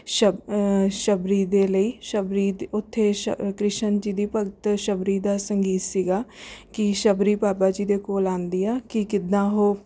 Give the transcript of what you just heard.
ਸ਼ਬ ਅ ਸ਼ਬਰੀ ਦੇ ਲਈ ਸ਼ਬਰੀ ਦੇ ਉੱਥੇ ਸ਼ ਅ ਕ੍ਰਿਸ਼ਨ ਜੀ ਦੀ ਭਗਤ ਸ਼ਬਰੀ ਦਾ ਸੰਗੀਤ ਸੀਗਾ ਕਿ ਸ਼ਬਰੀ ਬਾਬਾ ਜੀ ਦੇ ਕੋਲ਼ ਆਉਂਦੀ ਆ ਕਿ ਕਿੱਦਾਂ ਉਹ